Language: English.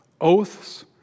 oaths